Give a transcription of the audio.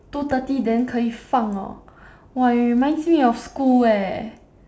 two thirty then 可以放 hor !wah! it reminds me of school leh